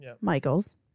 Michaels